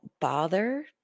bother